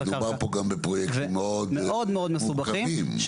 מאוד מאוד מסובכים.